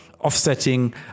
offsetting